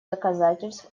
доказательств